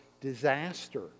disaster